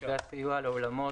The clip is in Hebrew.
מתווה הסיוע לאולמות,